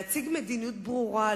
להציג מדיניות ברורה,